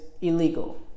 illegal